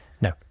No